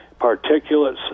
particulates